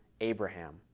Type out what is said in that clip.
Abraham